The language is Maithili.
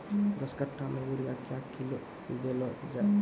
दस कट्ठा मे यूरिया क्या किलो देलो जाय?